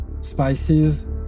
spices